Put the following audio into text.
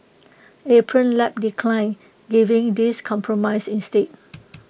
Apron Lab declined giving this compromise instead